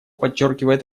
подчеркивает